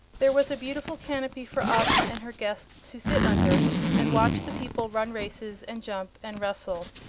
there was a beautiful canopy for ozma and her guests to sit under and watch the people run races and jump and wrestle.